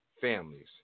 families